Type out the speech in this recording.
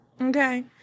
okay